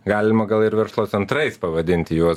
galima gal ir verslo centrais pavadinti juos